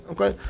Okay